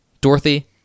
Dorothy